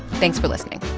thanks for listening